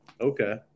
Okay